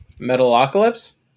Metalocalypse